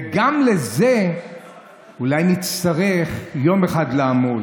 וגם על זה אולי נצטרך יום אחד לעמול.